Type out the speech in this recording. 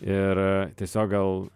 ir tiesiog gal